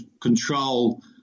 control